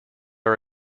are